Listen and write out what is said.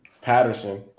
Patterson